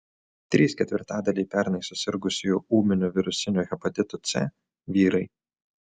trys ketvirtadaliai pernai susirgusiųjų ūminiu virusiniu hepatitu c vyrai